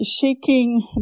shaking